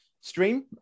stream